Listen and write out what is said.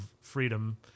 freedom